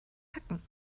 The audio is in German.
hacken